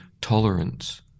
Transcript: tolerance